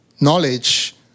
knowledge